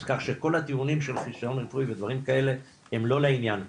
אז כך שכל הטיעונים של חיסיון רפואי ודברים כאלה הם לא לעניין כאן,